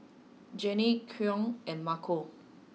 Jannie Koen and Marco